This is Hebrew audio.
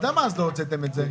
אז למה אז לא הוצאתם את זה?